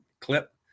clip